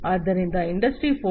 ಆದ್ದರಿಂದ ಇಂಡಸ್ಟ್ರಿ 4